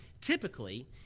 typically